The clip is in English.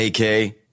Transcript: AK